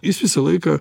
jis visą laiką